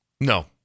No